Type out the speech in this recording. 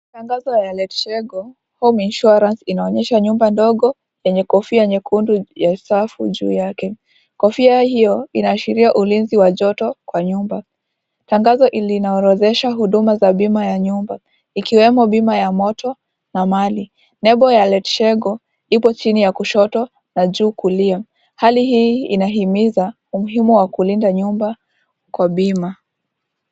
Tangazo la Letshego Home Insurance inaonyesha nyumba ndogo yenye kofia nyekundu ya safu juu yake. Kofia hiyo inaashiria ulinzi wa joto kwa nyumba. Tangazo linaorodhesha huduma za bima ya nyumba, ikiwemo bima ya moto na mali. Lebo ya Letshego ipo chini ya kushoto na juu kulia. Hali hii inahimiza umuhimu wa kulinda nyumba kwa bima.